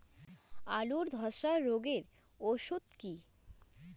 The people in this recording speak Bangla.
আলুর ধসা রোগের ওষুধ কি?